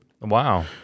Wow